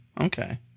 okay